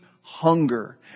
hunger